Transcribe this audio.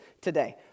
today